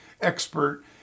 expert